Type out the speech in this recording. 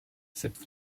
cette